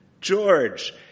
George